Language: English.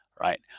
right